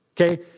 Okay